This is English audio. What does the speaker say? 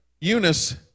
Eunice